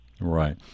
Right